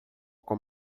com